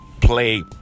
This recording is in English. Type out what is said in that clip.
play